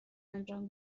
انجام